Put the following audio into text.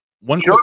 one